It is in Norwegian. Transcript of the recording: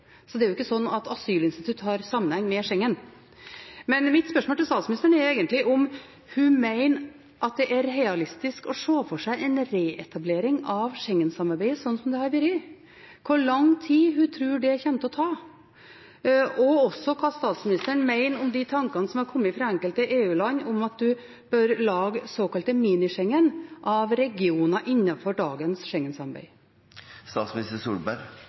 Det er jo ikke slik at asylinstitutt har sammenheng med Schengen. Men mitt spørsmål til statsministeren er egentlig om hun mener at det er realistisk å se for seg en reetablering av Schengen-samarbeidet, slik som det har vært, hvor lang tid hun tror det kommer til å ta, og også hva statsministeren mener om de tankene som har kommet fra enkelte EU-land om at en bør lage såkalt mini-Schengen av regioner innenfor dagens